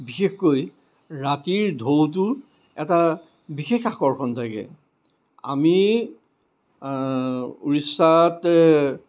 বিশেষকৈ ৰাতিৰ ঢৌতোৰ এটা বিশেষ আকৰ্ষণ থাকে আমি উৰিষ্য়াত